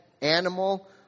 animal